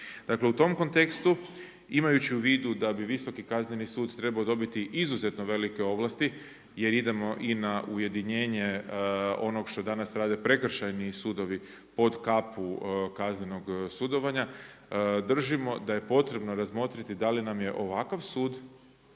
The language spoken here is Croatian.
Dakle u tom kontekstu imajući u vidu da bi Visoki kazneni sud trebao dodati izuzetno velike ovlasti jer idemo i na ujedinjenje ono što danas rade prekršajni sudovi, pod kapu kaznenog sudovanja, držimo da je potrebno razmotriti da li nam je takav sud